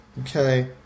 Okay